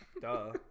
Duh